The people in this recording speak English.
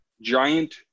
giant